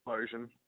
explosion